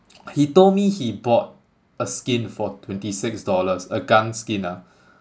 he told me he bought a skin for twenty six dollars a gun skin ah